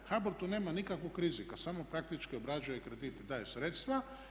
HBOR tu nema nikakvog rizika, samo praktički obrađuje kredite, daje sredstva.